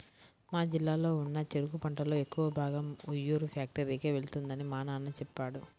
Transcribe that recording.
మా జిల్లాలో ఉన్న చెరుకు పంటలో ఎక్కువ భాగం ఉయ్యూరు ఫ్యాక్టరీకే వెళ్తుందని మా నాన్న చెప్పాడు